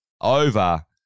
over